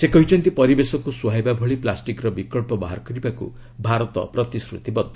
ସେ କହିଛନ୍ତି ପରିବେଶକୁ ସୁହାଇବା ଭଳି ପ୍ଲାଷ୍ଟିକ୍ର ବିକଳ୍ପ ବାହାର କରିବାକୁ ଭାରତ ପ୍ରତିଶ୍ରତିବଦ୍ଧ